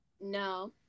No